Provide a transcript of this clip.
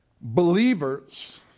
believers